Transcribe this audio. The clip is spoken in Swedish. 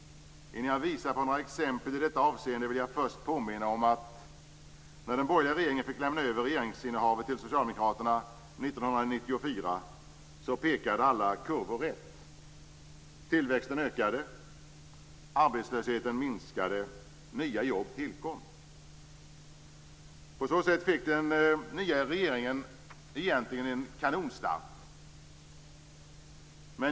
Innan jag visar på några exempel i detta avseende vill jag först påminna om att när den borgerliga regeringen fick lämna över regeringsinnehavet till Socialdemokraterna 1994 pekade alla kurvor rätt. Tillväxten ökade. Arbetslösheten minskade. Nya jobb tillkom. På så sätt fick den nya regeringen en kanonstart.